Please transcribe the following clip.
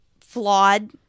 flawed